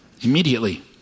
Immediately